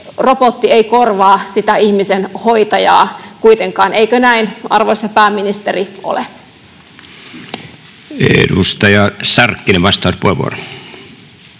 robotti ei korvaa sitä ihmisen hoitajaa kuitenkaan. Eikö näin, arvoisa pääministeri, ole? Arvoisa puhemies!